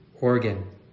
organ